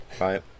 Right